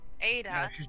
Ada